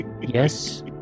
Yes